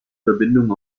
verbindung